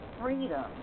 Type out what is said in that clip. freedom